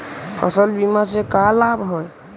फसल बीमा से का लाभ है?